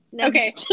Okay